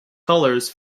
colors